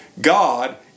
God